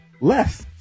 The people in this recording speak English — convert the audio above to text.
Less